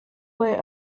way